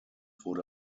wurde